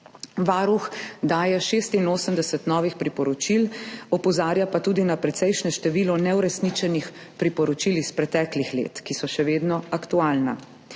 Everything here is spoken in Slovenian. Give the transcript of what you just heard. Varuh daje 86 novih priporočil, opozarja pa tudi na precejšnje število neuresničenih priporočil iz preteklih let, ki so še vedno aktualna.